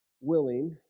willing